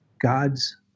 gods